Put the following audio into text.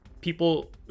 people